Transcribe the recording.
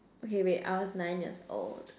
okay wait I was nine years old